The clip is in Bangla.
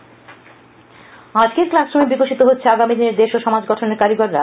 শিক্ষামন্ত্রী আজকের ক্লাসরুমে বিকশিত হচ্ছে আগামীদিনের দেশ ও সমাজ গঠনের কারিগররা